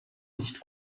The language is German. nicht